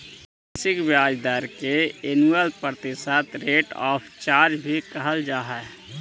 वार्षिक ब्याज दर के एनुअल प्रतिशत रेट ऑफ चार्ज भी कहल जा हई